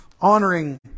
honoring